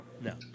No